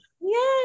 yes